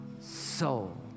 soul